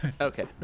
Okay